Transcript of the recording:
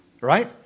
Right